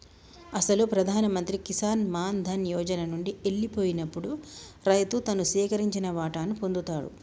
అసలు ప్రధాన మంత్రి కిసాన్ మాన్ ధన్ యోజన నండి ఎల్లిపోయినప్పుడు రైతు తను సేకరించిన వాటాను పొందుతాడు